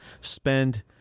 spend